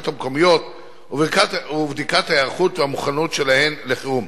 המקומיות ובדיקת ההיערכות והמוכנות שלהן לחירום.